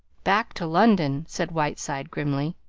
back to london, said whiteside grimly,